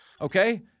Okay